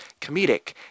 comedic